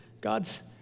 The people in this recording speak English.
God's